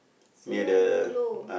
Sungei-Buloh